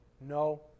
no